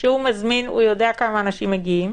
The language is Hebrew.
שהוא מזמין ויודע כמה אנשים מגיעים,